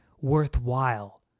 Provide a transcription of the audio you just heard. worthwhile